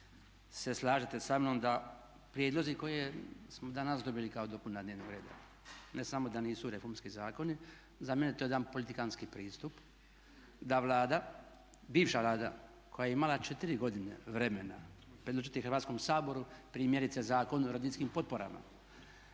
se slažete sa mnom da prijedlozi koje smo danas dobili kao dopuna dnevnog reda, ne samo da nisu reformski zakoni. Za mene je to jedan politikanski pristup, da Vlada bivša Vlada koja je imala četiri godine vremena predložiti Hrvatskom saboru primjerice Zakon o roditeljskim potporama,